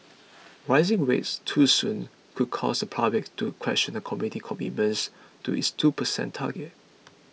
raising rates too soon could also cause the public to question the committee's commitments to its two percent target